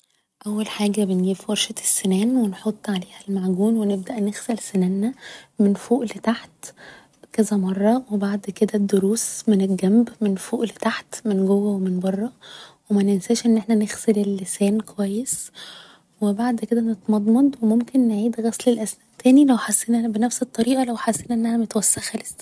اول حاجة بنجيب فرشة السنان و نحط عليها المعجون و نبدأ نغسل سنانا من فوق لتحت كذا مرة و بعد كده الضروس من الجنب من فوق لتحت من جوة و من برة و مننساش ان احنا نغسل اللسان كويس و بعد كده نتمضمض و ممكن نعيد غسل الأسنان تاني لو حسينا بنفس الطريقة لو حسينا انها متوسخة لسة